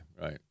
Right